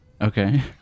Okay